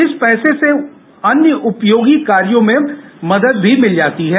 इस पैसे से अन्य उपयोगी कार्यो में मदद भी मिल जाती है